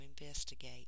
investigate